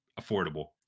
affordable